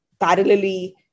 parallelly